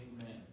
Amen